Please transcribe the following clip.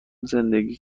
زندگی